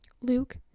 Luke